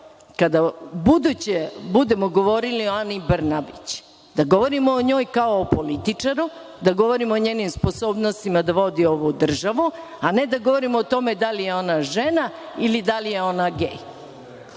kada ubuduće budemo govorili o Ani Brnabić, da govorimo o njoj kao o političaru, da govorimo o njenim sposobnostima da vodi ovu državu, a ne da govorimo o tome da li je ona žena ili da li je ona gej.